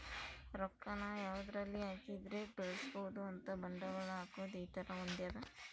ರೊಕ್ಕ ನ ಯಾವದರಲ್ಲಿ ಹಾಕಿದರೆ ಬೆಳ್ಸ್ಬೊದು ಅಂತ ಬಂಡವಾಳ ಹಾಕೋದು ಈ ತರ ಹೊಂದ್ಯದ